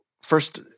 first